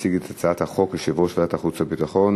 יציג את הצעת החוק יושב-ראש ועדת החוץ והביטחון,